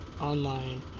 online